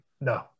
no